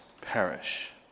perish